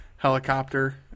helicopter